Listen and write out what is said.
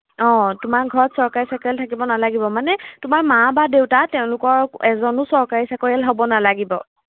অঁ তোমাৰ ঘৰত চৰকাৰী চাকৰিয়াল থাকিব নালাগিব মানে তোমাৰ মা বা দেউতা তেওঁলোকৰ এজনো চৰকাৰী চাকৰিয়াল হ'ব নালাগিব